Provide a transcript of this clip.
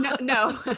No